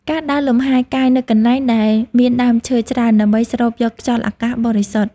ការដើរលំហែកាយនៅកន្លែងដែលមានដើមឈើច្រើន ដើម្បីស្រូបយកខ្យល់អាកាសបរិសុទ្ធ។